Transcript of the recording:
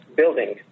building